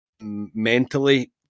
mentally